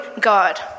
God